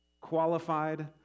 qualified